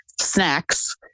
snacks